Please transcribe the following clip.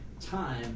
time